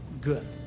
good